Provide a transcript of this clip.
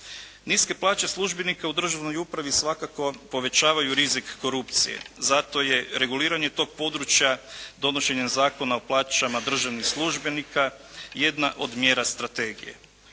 Niske plaće službenika u državnoj upravi svakako povećavaju rizik korupcije. Zato je reguliranje tog područja donošenjem Zakona o plaćama državnih službenika jedna od mjera strategije.